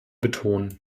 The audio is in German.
betonen